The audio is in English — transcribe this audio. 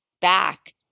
back